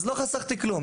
אז לא חסכתי כלום,